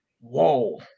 whoa